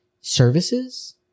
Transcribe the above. services